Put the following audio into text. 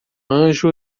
anjo